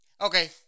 Okay